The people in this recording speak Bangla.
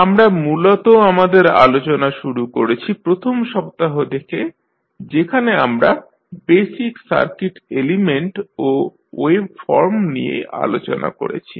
আমরা মূলত আমাদের আলোচনা শুরু করেছি প্রথম সপ্তাহ থেকে যেখানে আমরা বেসিক সার্কিট এলিমেন্ট ও ওয়েভফর্ম নিয়ে আলোচনা করেছি